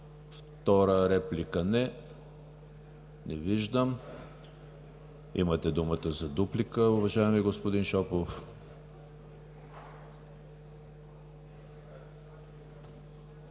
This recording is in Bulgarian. Втора реплика? Няма. Имате думата за дуплика, уважаеми господин Шопов.